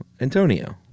Antonio